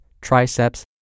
triceps